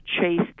chased